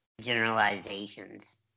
generalizations